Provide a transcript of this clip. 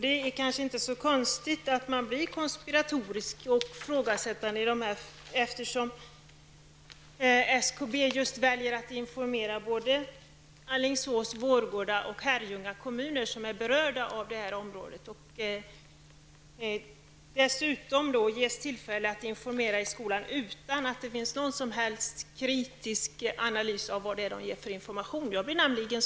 Det är kanske inte så konstigt att man blir konspiratorisk och ifrågasättande, eftersom SKB väljer att informera Alingsås, Vårgårda och Herrljunga kommuner, som är berörda. Dessutom ges SKB tillfälle att informera i skolorna utan att det finns någon som helst kritisk analys av den information SKB ger.